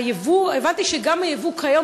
הבנתי שגם הייבוא כיום,